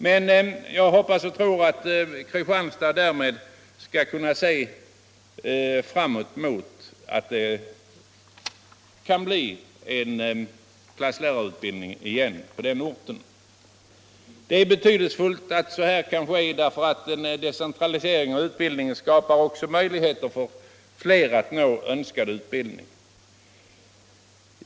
Jag hoppas och tror att man i Kristianstad därmed skall kunna se fram mot att det blir en klasslärarutbildning igen på den orten. Det är betydelsefullt att så kan ske, för en decentralisering av utbildningen skapar också möjligheter för fler att nå önskad utbildning.